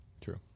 True